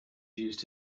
used